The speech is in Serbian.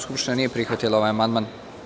skupština nije prihvatila ovaj amandman.